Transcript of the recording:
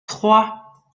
trois